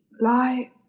Lie